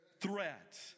threat